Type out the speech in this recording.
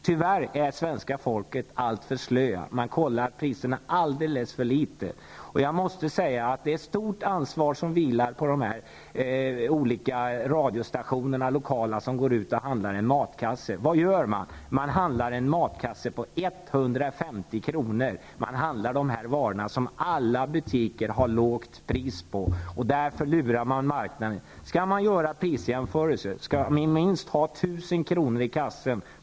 Tyvärr är det svenska folket alltför slött. De kollar priserna i alldeles för liten omfattning. Det är ett stort ansvar som vilar på de olika lokala radiostationerna när de går ut och handlar en matkasse. Vad gör de? De handlar en matkasse med ett innehåll som motsvarar 150 kr., och de handlar sådana varor som alla butiker har ett lågt pris på. På så sätt blir de lurade av marknaden. Skall det göras en prisjämförelse måste matkassens innehåll motsvara minst 1 000 kr.